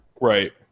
Right